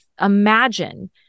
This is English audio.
imagine